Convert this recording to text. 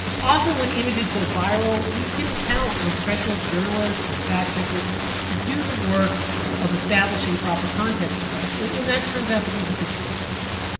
often when images go viral we can count on professional journalists and fact-checkers to do the work of establishing proper context for us and and that turns out to be the situation here.